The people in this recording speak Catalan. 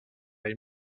ell